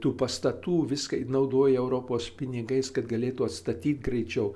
tų pastatų viską naudoja europos pinigais kad galėtų atstatyt greičiau